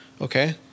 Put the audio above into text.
Okay